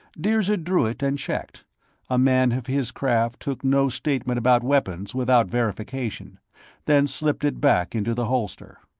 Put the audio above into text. dirzed drew it and checked a man of his craft took no statement about weapons without verification then slipped it back into the holster.